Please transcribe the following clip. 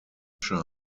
asher